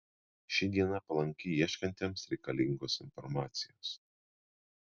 ši diena palanki ieškantiems reikalingos informacijos